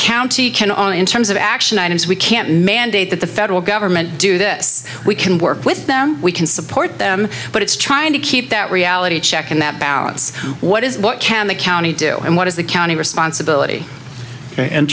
county can only in terms of action items we can't mandate that the federal government do this we can work with them we can support them but it's trying to keep that reality check and that balance what is what can the county do and what is the county responsibility and